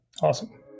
Awesome